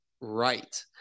right